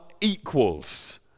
equals